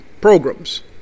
programs